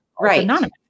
Right